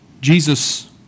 Jesus